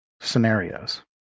scenarios